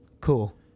Cool